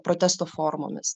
protesto formomis